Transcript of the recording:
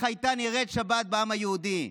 איך הייתה נראית שבת בעם היהודי?